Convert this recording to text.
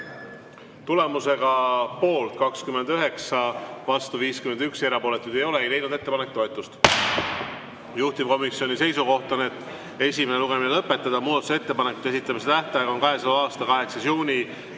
Tulemusega poolt 29, vastu 51, erapooletuid ei ole, ei leidnud ettepanek toetust. Juhtivkomisjoni seisukoht on esimene lugemine lõpetada. Muudatusettepanekute esitamise tähtaeg on 8. juuni